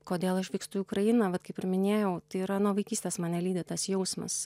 kodėl aš vykstu į ukrainą vat kaip ir minėjau tai yra nuo vaikystės mane lydi tas jausmas